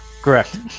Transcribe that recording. Correct